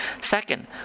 Second